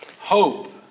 Hope